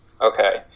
Okay